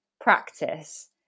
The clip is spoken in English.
practice